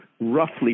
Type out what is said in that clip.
Roughly